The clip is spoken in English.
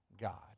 God